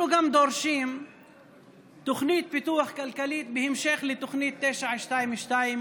אנחנו גם דורשים תוכנית פיתוח כלכלית בהמשך לתוכנית 922,